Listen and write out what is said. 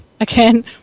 again